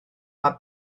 mae